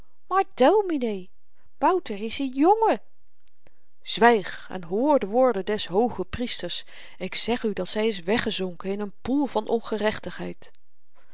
dominee wouter is n jongen zwyg en hoor de woorden des hoochepriesters ik zeg u dat zy is weggezonken in n poel van